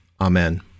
Amen